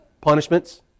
punishments